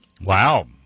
Wow